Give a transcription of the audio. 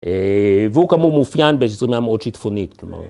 ‫והוא כאמור מאופיין ‫בזרימה מאוד שיטפונית כלומר.